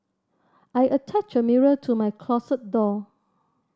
I attached a mirror to my closet door